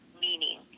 meaning